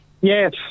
Yes